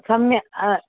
सम्यक् आ